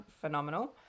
phenomenal